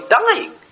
dying